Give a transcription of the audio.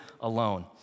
alone